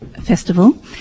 festival